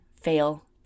fail